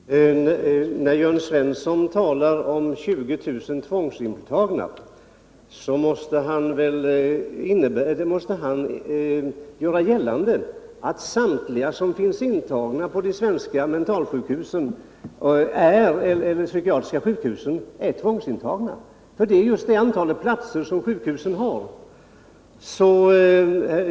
Herr talman! När Jörn Svensson talar om 20 000 tvångsintagna måste han göra gällande att samtliga som finns intagna på de psykiatriska sjukhusen är tvångsintagna, för det är just det antal platser som sjukhusen har.